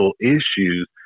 issues